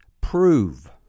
prove